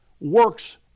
works